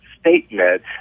statement